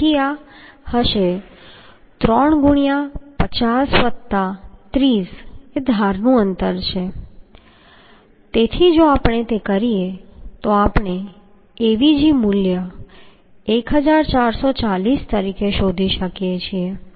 તેથી આ હશે 3 ગુણ્યાં 50 વત્તા 30 એ ધારનું અંતર છે તેથી જો આપણે તે કરીએ તો આપણે Avg મૂલ્ય 1440 તરીકે શોધી શકીએ છીએ